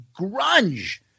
grunge